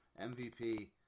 MVP